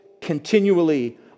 continually